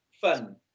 fun